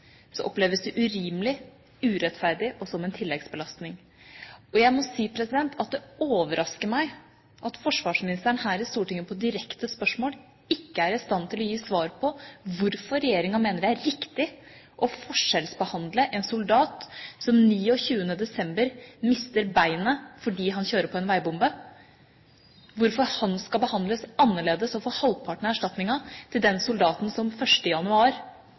oppleves det urimelig, urettferdig og som en tilleggsbelastning. Jeg må si at det overrasker meg at forsvarsministeren her i Stortinget på direkte spørsmål ikke er i stand til å gi svar på hvorfor regjeringa mener det er riktig at en soldat som 29. desember mister beinet fordi han kjører på en veibombe, skal behandles annerledes og få halvparten av erstatningen til den soldaten som 1. januar